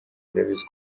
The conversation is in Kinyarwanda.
urabizi